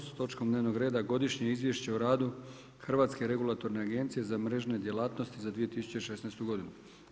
S točkom dnevnog reda – Godišnje izvješće o radu Hrvatske regulatorne agencije za mrežne djelatnosti za 2016. godinu.